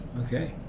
Okay